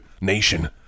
nation